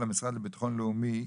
למשרד לביטחון לאומי,